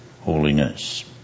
holiness